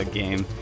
game